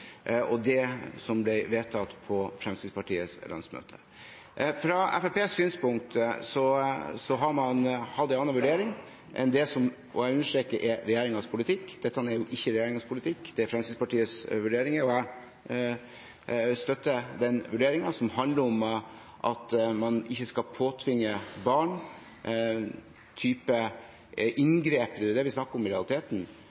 og det som ble vedtatt på Fremskrittspartiets landsmøte. Fremskrittspartiet har hatt en annen vurdering enn det som er regjeringens politikk – og jeg understreker at dette ikke er regjeringens politikk. Dette er Fremskrittspartiets vurderinger, og jeg støtter den vurderingen, som handler om at man ikke skal påtvinge barn